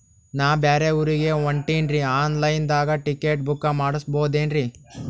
ನಾ ಬ್ಯಾರೆ ಊರಿಗೆ ಹೊಂಟಿನ್ರಿ ಆನ್ ಲೈನ್ ದಾಗ ಟಿಕೆಟ ಬುಕ್ಕ ಮಾಡಸ್ಬೋದೇನ್ರಿ?